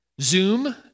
Zoom